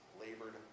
labored